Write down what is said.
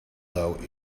though